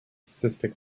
cystic